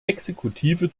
exekutive